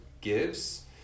gives